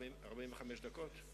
45 דקות?